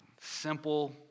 simple